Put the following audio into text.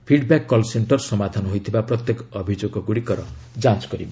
feedback call ସେକ୍ଷର ସମାଧାନ ହୋଇଥିବା ପ୍ରତ୍ୟେକ ଅଭିଯୋଗଗୁଡ଼ିକର ଯାଞ୍ଚ କରିବ